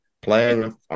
playing